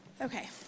Okay